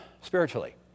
spiritually